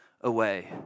away